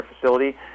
facility